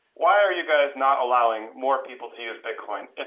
why are you guys not allowing more people to use bitcoin?